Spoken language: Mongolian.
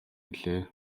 гэлээ